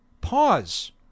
pause